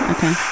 Okay